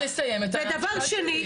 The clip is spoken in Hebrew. ודבר שני,